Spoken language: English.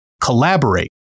collaborate